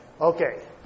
Okay